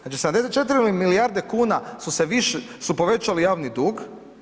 Znači, 74 milijarde kuna su povećali javni dug.